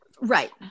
right